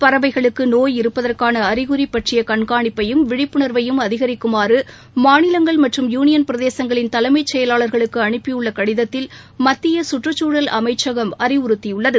பறவைகளுக்கு நோய் இருப்பதற்கான அறிகுறி பற்றி கண்காணிப்பையும் விழிப்புணாவையும் அதிகிக்குமாறு மாநிலங்கள் மற்றம் யுனியன் பிரதேசங்களின் தலைமைச் செயலாளர்களுக்கு அனுப்பிய கடிதத்தில் மத்திய கற்றுச்சூழல் அமைச்சகம் அறிவுறுத்தியுள்ளது